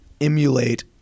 emulate